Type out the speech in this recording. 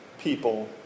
people